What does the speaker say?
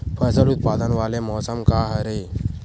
फसल उत्पादन वाले मौसम का हरे?